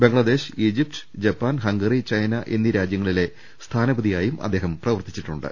Bangladesh Egypt Japan Hungary China എന്നീ രാജ്യങ്ങളിലെ സ്ഥാനപതിയായും അദ്ദേഹം പ്രവർത്തിച്ചി ട്ടുണ്ട്